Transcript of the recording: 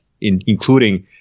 including